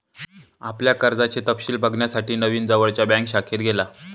आपल्या कर्जाचे तपशिल बघण्यासाठी नवीन जवळच्या बँक शाखेत गेला